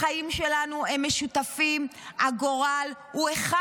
החיים שלנו הם משותפים, הגורל הוא אחד.